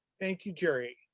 thank you, gerry.